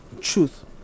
truth